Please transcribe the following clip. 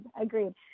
Agreed